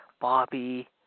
Bobby